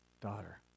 daughter